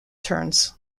turns